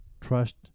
trust